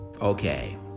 Okay